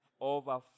over